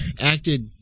acted